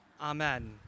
Amen